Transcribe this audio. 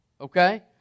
okay